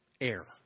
air